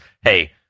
Hey